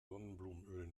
sonnenblumenöl